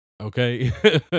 Okay